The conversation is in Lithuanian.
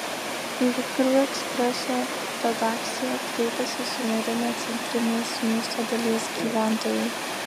į vakarų ekspreso redakciją kreipėsi sunerimę centrinės miesto dalies gyventojai